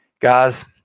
guys